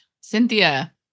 cynthia